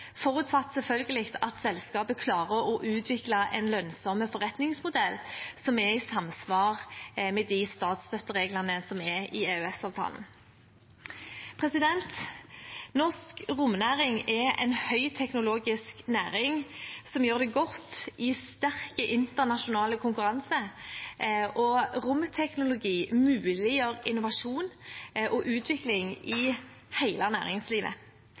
forutsatt selvfølgelig at selskapet klarer å utvikle en lønnsom forretningsmodell som er i samsvar med de statsstøttereglene som er i EØS-avtalen. Norsk romnæring er en høyteknologisk næring som gjør det godt i sterk internasjonal konkurranse, og romteknologi muliggjør innovasjon og utvikling i hele næringslivet.